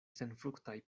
senfruktaj